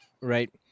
right